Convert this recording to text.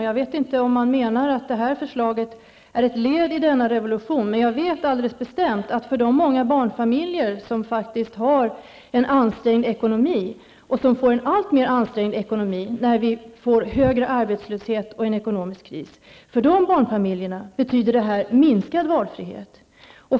Jag vet inte om man menar att detta förslag är ett led i denna revolution, men jag vet alldeles bestämt att för de många barnfamiljer som faktiskt har en ansträngd ekonomi och som får en alltmer ansträngd ekonomi när vi får högre arbetslöshet och en ekonomisk kris betyder detta en minskad valfrihet.